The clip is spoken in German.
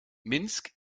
minsk